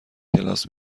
کلاس